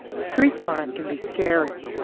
street crime can be scary.